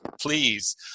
please